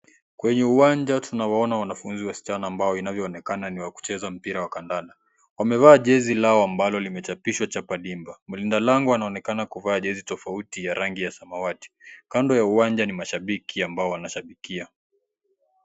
Kwenye uwanja tunawaona wanafunzi wasichana ambao inavyoonekana ni wa kucheza mpira wa kandanda. Wamevaa jezi lao ambalo limechapishwa chapa limba. Mlina lango anaonekana kuvaa jezi tofauti ya rangi ya samawati kando ya uwanja ni mashabiki ambao wanashabikia.